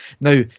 Now